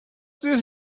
this